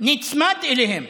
נצמד אליהם.